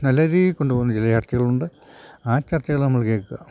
നല്ല രീതി കൊണ്ട് പോകുന്ന ചില ചർച്ചകളുണ്ട് ആ ചർച്ചകൾ നമ്മൾ കേൾക്കുക